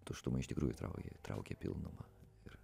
tuštuma iš tikrųjų traujė traukė pilnumą ir